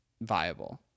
viable